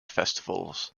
festivals